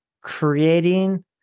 creating